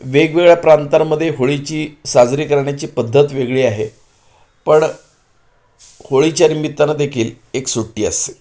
वेगवेगळ्या प्रांतांमध्ये होळीची साजरी करण्याची पद्धत वेगळी आहे पण होळीच्या निमित्तानं देखील एक सुट्टी असते